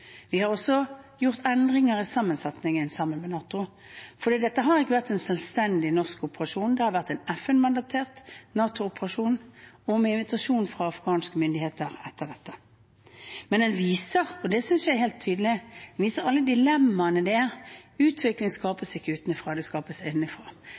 Vi har også gjort endringer i sammensetningen sammen med NATO. For dette har ikke vært en selvstendig norsk operasjon, det har vært en FN-mandatert NATO-operasjon, og med invitasjon fra afghanske myndigheter etter dette. Den viser, og det synes jeg er helt tydelig, alle dilemmaene som finnes. Utvikling